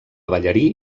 ballarí